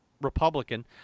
Republican